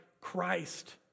Christ